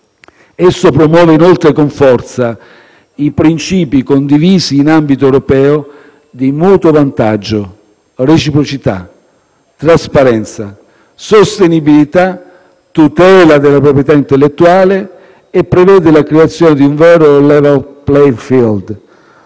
Esso promuove, inoltre, con forza, i principi, condivisi in ambito europeo, di mutuo vantaggio, reciprocità, trasparenza, sostenibilità, tutela della proprietà intellettuale e prevede la creazione di un vero *level playing field.*